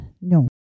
No